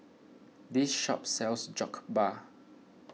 this shop sells Jokbal